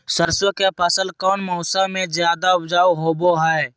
सरसों के फसल कौन मौसम में ज्यादा उपजाऊ होबो हय?